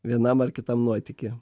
vienam ar kitam nuotykį